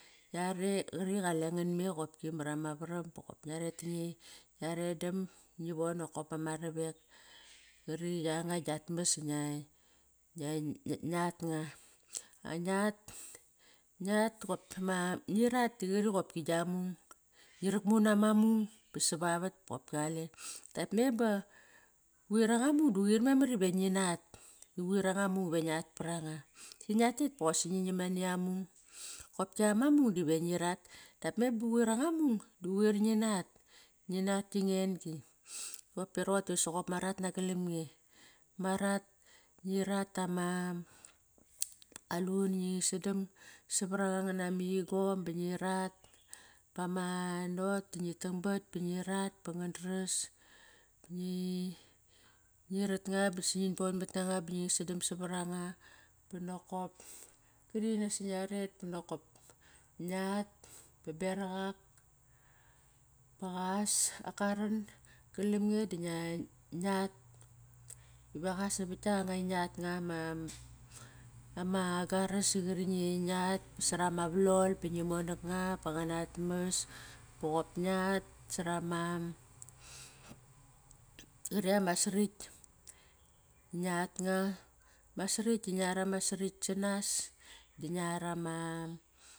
Yare qari qalengan me qopki var ama varam ba nokop ngia redam, ngi von nokop bama ravek qari gianga giat mas ngiat nga. Ngiat, ngiat ngi rat da qari qopki gia mung. Ngi rukmu nama mung ba savavet boqopki qale. Dap me ba quir anga mung da quir memar iva ngi nat. I quir anga mung iva ngiat par anga. Ngiatet bosaqi ngi nam nani amung, qopki ama mung dive ngi rat. Dap me ba quir anga mung da quir ngi nat, ngi nat gi anga en-gi. Bap ba roqote soqop ma rat nagalam nge. Ma rat, ngi rat ama qalun i ngi sadam savar anga ngana ma igom ba ngi rat, ba ma not ingi tangbat ba ngi rat ba nga das. Ngi rat nga basiqi ngit bon mat nanga ba ngisadam savar anga banokop kari naksi ngia ret nokop ngiat ba beraq ak ba qas, ak karan kalam nge da ngia at va qas navat kianga ingiat nga ma garas i qari ngiat sarama valol ba ngi monak nga ba anga at mas. Boqop ngiat sarama, qari ama srakt ngiat nga Ma sarakt da ngiat ama sarakt sanas di ngiat ama.